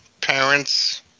parents